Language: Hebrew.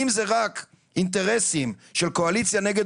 אם זה רק אינטרסים של קואליציה נגד